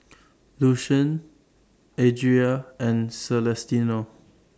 Lucian Adria and Celestino